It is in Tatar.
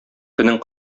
көнең